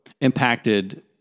impacted